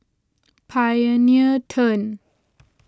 Pioneer Turn